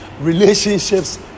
relationships